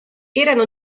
erano